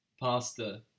pasta